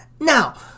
Now